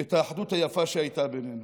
את האחדות היפה שהייתה בינינו,